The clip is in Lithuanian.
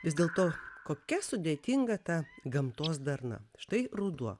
vis dėlto kokia sudėtinga ta gamtos darna štai ruduo